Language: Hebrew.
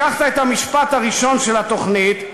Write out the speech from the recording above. לקחת את המשפט הראשון של התוכנית,